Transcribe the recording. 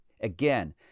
Again